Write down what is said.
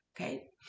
Okay